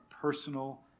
personal